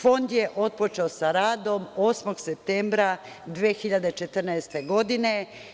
Fond je otpočeo sa radom 8. septembra 2014. godine.